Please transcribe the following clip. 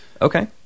Okay